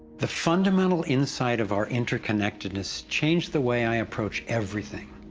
the fundamental insight of our interconnectedness changed the way i approach everything.